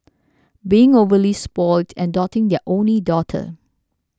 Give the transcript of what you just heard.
being overly spoilt and doting their only daughter